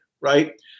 right